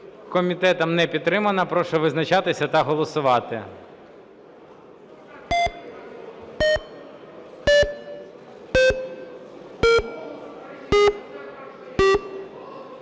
Комітетом не підтримана. Прошу визначатися та голосувати.